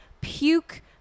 Puke